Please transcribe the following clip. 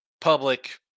public